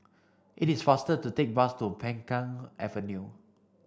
it is faster to take the bus to Peng Kang Avenue